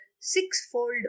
sixfold